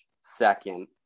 second